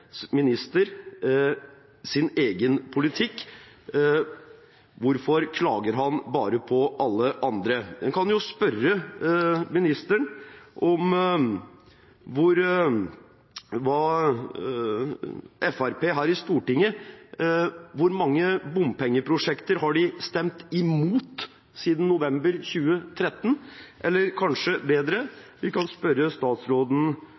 minister sin egen politikk? Hvorfor klager han bare på alle andre? En kan jo spørre ministeren om hvor mange bompengeprosjekter Fremskrittspartiet her i Stortinget har stemt imot siden november 2013, eller kanskje bedre: Vi kan spørre statsråden